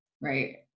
Right